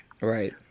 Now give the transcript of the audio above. Right